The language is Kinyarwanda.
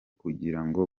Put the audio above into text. kwigiraho